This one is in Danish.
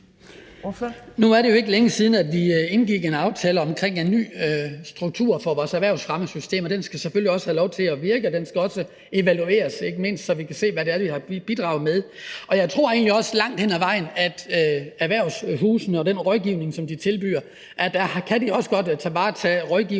Nu er det jo ikke længe siden, vi indgik en aftale om en ny struktur for vores erhvervsfremmesystem, og den skal selvfølgelig have lov til at virke, og den skal også evalueres, ikke mindst så vi kan se, hvad det er, den har bidraget med. Jeg tror egentlig også langt hen ad vejen, at erhvervshusene i forhold til den rådgivning, som de tilbyder, også godt kan varetage rådgivning